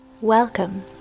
Welcome